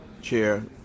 chair